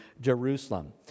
Jerusalem